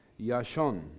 yashon